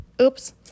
Oops